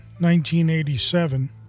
1987